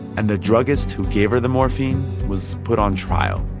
and the druggist who gave her the morphine was put on trial,